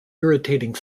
irritating